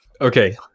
okay